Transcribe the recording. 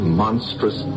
monstrous